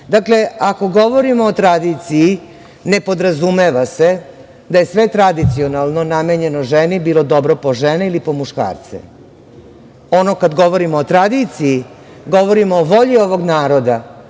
ako govorimo o tradiciji, ne podrazumeva se da je sve tradicionalno namenjeno ženi bilo dobro po žene ili po muškarce. Ono kad govorimo o tradiciji, govorimo o volji ovog naroda